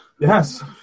Yes